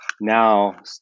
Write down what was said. now